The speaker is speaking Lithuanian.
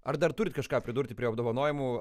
ar dar turit kažką pridurti prie apdovanojimų